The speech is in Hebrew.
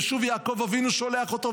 ושוב יעקב אבינו שולח אותו.